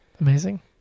Amazing